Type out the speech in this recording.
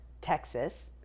Texas